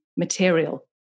Material